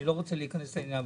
אני לא רוצה להיכנס לעניין.